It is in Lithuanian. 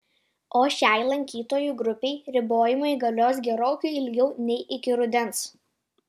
o šiai lankytojų grupei ribojimai galios gerokai ilgiau nei iki rudens